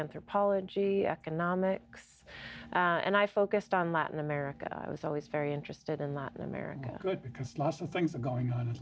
anthropology economics and i focused on latin america i was always very interested in latin america because lots of things going on